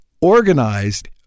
Organized